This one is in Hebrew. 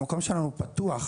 המקום שלנו פתוח,